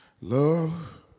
Love